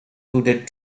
hooded